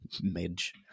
Midge